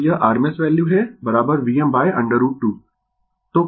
तो यह rms value है Vm √ 2